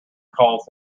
calls